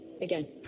Again